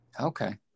Okay